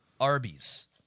Arby's